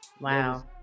Wow